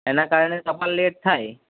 એના કારણે ટપાલ લેટ થાય